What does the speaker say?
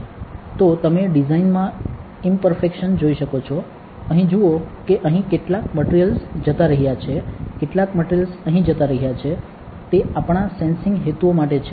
તો તમે ડિઝાઇનમાં ઇમપરફેક્શન જોઈ શકો છો અહીં જુઓ કે અહીં કેટલાક માટેરિયલ્સ જતા રહ્યા છે કેટ્લાક મેટલ અહી જતા રહ્યા છે તે આપણા સેન્સીંગ હેતુઓ માટે છે